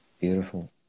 beautiful